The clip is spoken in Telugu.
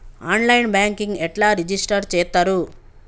ఆన్ లైన్ బ్యాంకింగ్ ఎట్లా రిజిష్టర్ చేత్తరు?